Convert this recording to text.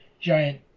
giant